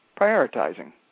prioritizing